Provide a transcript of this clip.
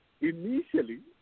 Initially